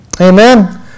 Amen